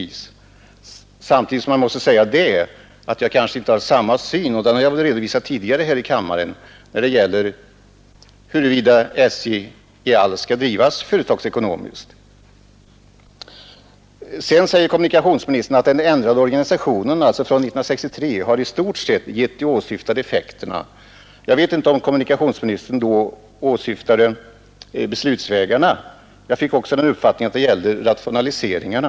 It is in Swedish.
Men samtidigt vill jag säga — vilket jag också har redovisat tidigare i denna kammare — att vi kanske inte har samma syn på frågan huruvida SJ i allt skall drivas företagsekonomiskt eller inte. Den 1963 ändrade organisationen har i stort sett haft åsyftad effekt, sade kommunikationsministern vidare. Jag vet inte om statsrådet då tänkte på beslutsvägarna, men jag fick den uppfattningen att det också gällde rationaliseringen.